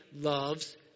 loves